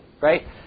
right